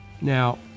Now